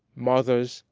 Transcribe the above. mothers,